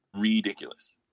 Ridiculous